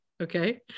okay